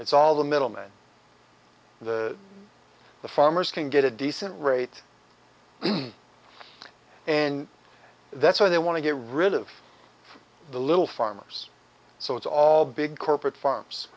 it's all the middlemen the the farmers can get a decent rate and that's why they want to get rid of the little farmers so it's all big corporate farms